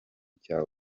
cya